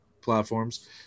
platforms